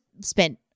spent –